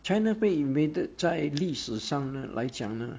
china 被 invaded 在历史上呢来讲呢